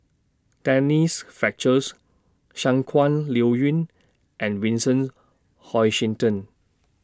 Denise Fletcher's Shangguan Liuyun and Vincent Hoisington